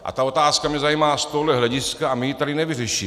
A ta otázka mě zajímá z tohohle hlediska a my ji tady nevyřešíme.